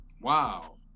Wow